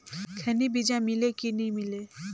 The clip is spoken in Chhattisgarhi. खैनी बिजा मिले कि नी मिले?